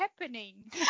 happening